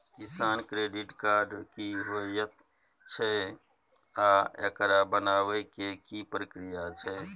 किसान credit card की होयत छै आ एकरा बनाबै के की प्रक्रिया छै?